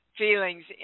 feelings